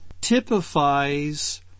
typifies